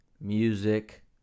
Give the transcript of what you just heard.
music